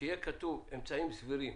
יהיה כתוב הביטוי "אמצעים סבירים",